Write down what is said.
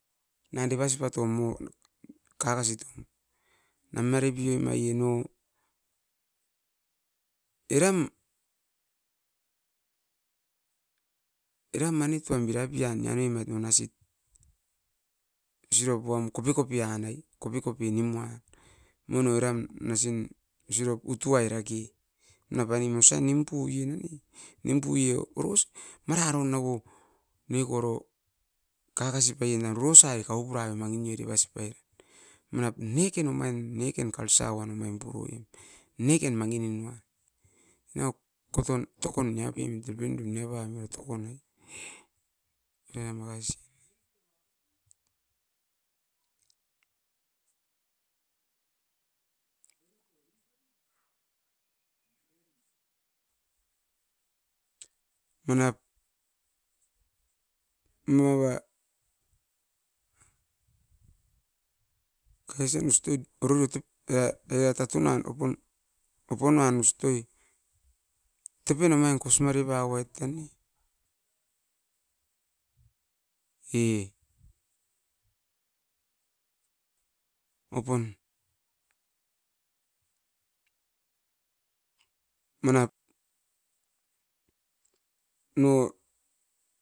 Na devasi poitom kakasit namare pioi maie, eram manituan bira pian niomah no nasit osirop uam kopi kopi nimuan ai. No eram nasit utuai rake manap aine osa nim pue nane ko. Manap moava era oro rio tatun ustoiran, opo na us toi tepen omain kos make poi, e opon manap no.